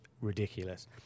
ridiculous